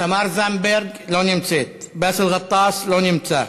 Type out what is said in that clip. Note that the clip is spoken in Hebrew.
תמר זנדברג, לא נמצאת.